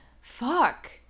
fuck